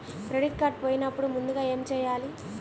Credit card పోయినపుడు ముందుగా ఏమి చేయాలి?